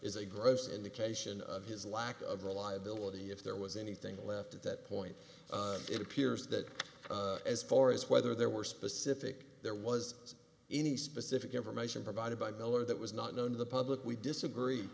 a gross indication of his lack of reliability if there was anything left at that point it appears that as far as whether there were specific there was any specific information provided by miller that was not known to the public we disagree